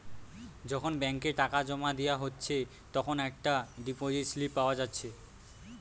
যখন ব্যাংকে টাকা জোমা দিয়া হচ্ছে তখন একটা ডিপোসিট স্লিপ পাওয়া যাচ্ছে